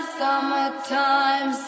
summertime